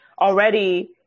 already